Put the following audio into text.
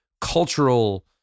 cultural